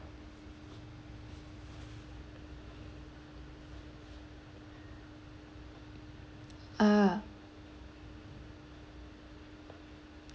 uh